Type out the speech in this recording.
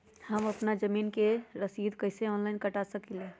हम अपना जमीन के रसीद कईसे ऑनलाइन कटा सकिले?